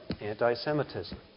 anti-Semitism